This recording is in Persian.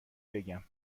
بگم